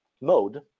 mode